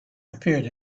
appeared